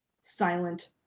silent